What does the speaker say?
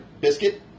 biscuit